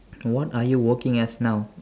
what are you working as now